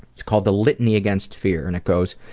it's called the litany against fear and it goes,